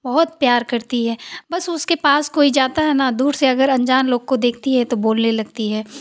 बहुत प्यार करती है बस उसके पास कोई जाता है न दूर से अगर अनजान लोग को देखती है तो बोलने लगती है